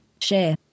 Share